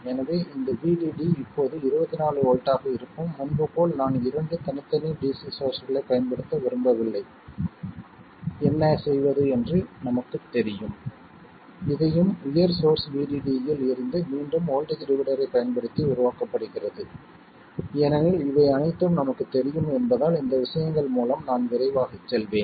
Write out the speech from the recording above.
எனவே இந்த VDD இப்போது 24 வோல்ட் ஆக இருக்கும் முன்பு போல நான் இரண்டு தனித்தனி DC சோர்ஸ்களைப் பயன்படுத்த விரும்பவில்லை என்ன செய்வது என்று நமக்குத் தெரியும் இதையும் உயர் சோர்ஸ் VDD யில் இருந்து மீண்டும் வோல்ட்டேஜ் டிவைடர் ஐப் பயன்படுத்தி உருவாக்கப்படுகிறது ஏனெனில் இவை அனைத்தும் நமக்குத் தெரியும் என்பதால் இந்த விஷயங்கள் மூலம் நான் விரைவாகச் செல்வேன்